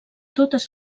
totes